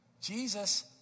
Jesus